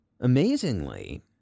Amazingly